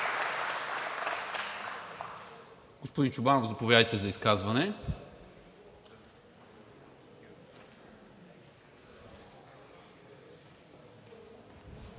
Господин Чобанов, заповядайте за изказване.